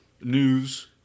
news